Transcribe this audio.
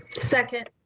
second.